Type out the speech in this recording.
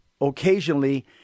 occasionally